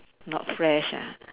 not fresh ah